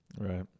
Right